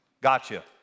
Gotcha